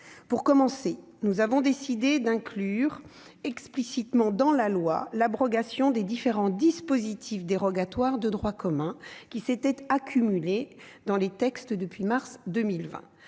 Nous avons tout d'abord décidé d'inclure explicitement dans la loi l'abrogation des différents dispositifs dérogatoires du droit commun qui s'étaient accumulés dans les textes depuis mars 2020.